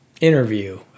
interview